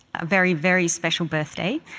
a very, very special birthday,